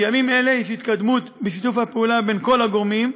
בימים אלה יש התקדמות בשיתוף הפעולה בין כל הגורמים.